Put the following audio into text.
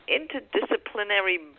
interdisciplinary